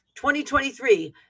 2023